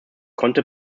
konnte